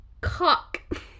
Cock